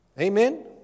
Amen